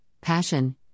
passion